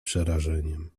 przerażeniem